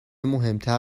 مهمتر